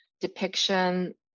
depiction